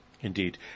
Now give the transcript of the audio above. Indeed